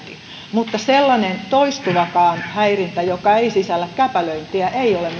mutta sellainen toistuvakaan häirintä joka ei sisällä käpälöintiä ei ole